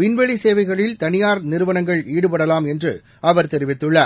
விண்வெளி சேவைகளில் தனியார் நிறுவனங்கள் ஈடுபடலாம் என்று அவர் தெரிவித்துள்ளார்